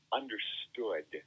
understood